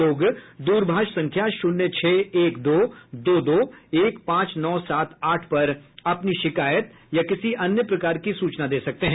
लोग द्रभाष संख्या शून्य छह एक दो दो दो एक पांच नौ सात आठ पर अपनी शिकायत या किसी अन्य प्रकार की सूचना दे सकते हैं